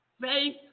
faith